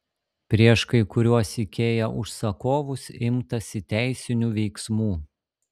prieš kai kuriuos ikea užsakovus imtasi teisinių veiksmų